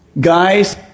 Guys